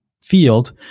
field